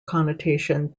connotation